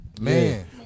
Man